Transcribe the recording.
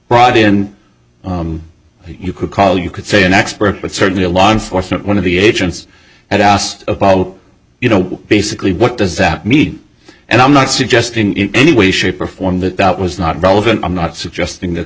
brought in you could call you could say an expert but certainly a law enforcement one of the agents had asked about you know basically what does that mean and i'm not suggesting in any way shape or form that that was not relevant i'm not suggesting that